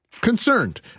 concerned